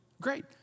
great